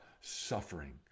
suffering